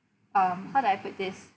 um how do I put this